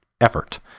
effort